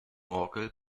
orgel